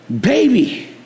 baby